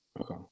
Okay